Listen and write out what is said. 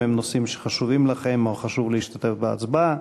אם הם נושאים שחשובים לכם או שחשוב לכם להשתתף בהצבעה.